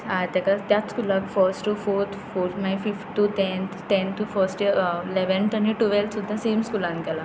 हा ताका त्याच स्कुलान फस्ट टू फोर्थ फोर्थ मागीर फिफ्थ टू टँथ टँथ टू फ्स्ट लॅवँथ आनी टुवॅल्थ सुद्दां सेम स्कुलान केलां